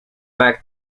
fact